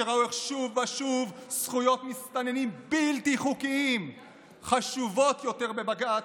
שראו איך שוב ושוב זכויות מסתננים בלתי חוקיים חשובות יותר לבג"ץ,